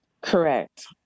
correct